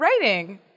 writing